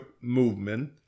movement